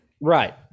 Right